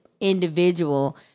individual